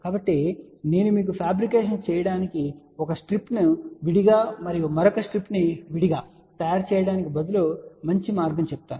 కాబట్టి నేను మీకు ఫాబ్రికేషన్ చేయడానికి ఒక స్ట్రిప్ను విడిగా మరియు మరొక స్ట్రిప్ను విడిగా తయారు చేయడానికి బదులుగా మంచి మార్గం చెప్తాను